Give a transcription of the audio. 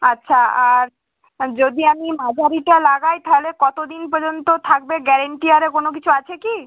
আচ্ছা আর যদি আমি মাঝারিটা লাগাই তাহলে কতো দিন পর্যন্ত থাকবে গ্যারেন্টি আর কোনো কিছু আছে কি